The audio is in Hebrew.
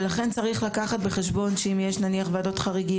לכן צריך לקחת בחשבון שאם יש נניח ועדות חריגים